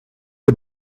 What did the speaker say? les